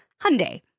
Hyundai